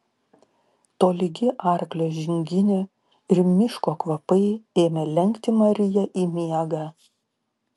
tolygi arklio žinginė ir miško kvapai ėmė lenkti mariją į miegą